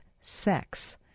sex